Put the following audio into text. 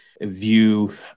view